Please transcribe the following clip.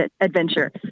adventure